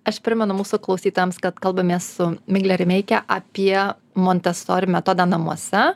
aš primenu mūsų klausytojams kad kalbamės su migle rimeike apie montesori metodą namuose